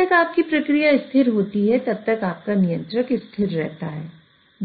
जब तक आपकी प्रक्रिया स्थिर होती है तब तक आपका नियंत्रक स्थिर रहता है